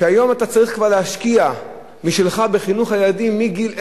שהיום אתה כבר צריך להשקיע משלך בחינוך הילדים מגיל אפס,